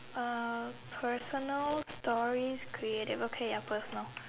uh personal stories creative okay ya personal